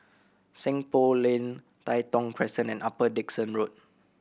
Seng Poh Lane Tai Thong Crescent and Upper Dickson Road